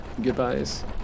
goodbyes